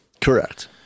correct